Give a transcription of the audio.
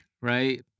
right